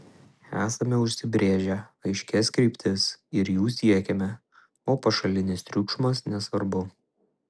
esame užsibrėžę aiškias kryptis ir jų siekiame o pašalinis triukšmas nesvarbu